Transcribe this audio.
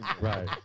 Right